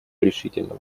решительно